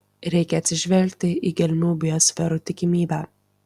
reikia atsižvelgti į gelmių biosferų tikimybę